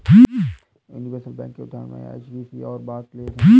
universal bank के उदाहरण HSBC और बार्कलेज हैं